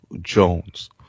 Jones